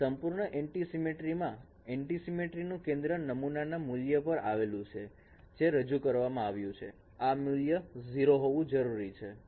સંપૂર્ણ એન્ટ્રીસિમેટ્રી માં એન્ટ્રીસિમેટ્રી નું કેન્દ્ર નમુનાના મૂલ્ય પર આવેલું છે જે રજૂ કરવામાં આવ્યું છે આ મૂલ્ય 0 હોવું જરુરી છે